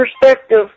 perspective